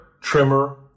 Trimmer